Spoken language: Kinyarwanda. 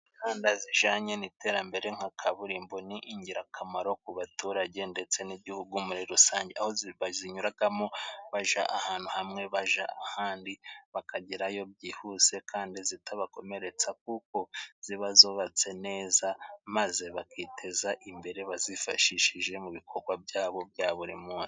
Imihanda ijyanye n'iterambere nka kaburimbo ni ingirakamaro ku baturage, ndetse n'Igihugu muri rusange. Aho bayinyuramo bava ahantu hamwe bajya ahandi, bakagerayo byihuse kandi itabakomeretsa kuko iba yubatse neza, maze bakiteza imbere bayifashishije mu bikorwa byabo bya buri munsi.